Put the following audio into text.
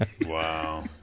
Wow